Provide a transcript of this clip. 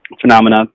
phenomena